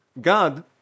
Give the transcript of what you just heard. God